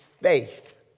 faith